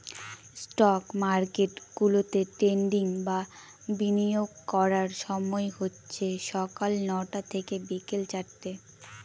stock market গুলাতে trading বা বিনিয়োগ করার সময় হচ্ছে সকাল নটা থেকে বিকেল চারটে